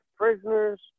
prisoners